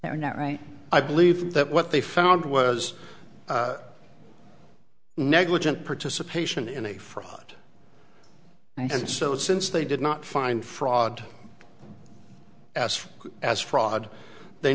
net right i believe that what they found was negligent participation in a fraud and so since they did not find fraud as far as fraud they